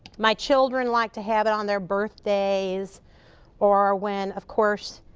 my children like to have it on their birthdays or when of course,